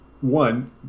One